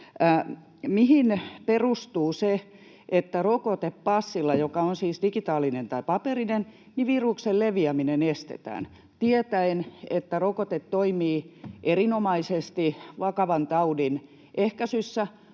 Mihin perustuu se, että rokotepassilla, joka on siis digitaalinen tai paperinen, viruksen leviäminen estetään tietäen, että rokote toimii erinomaisesti vakavan taudin ehkäisyssä,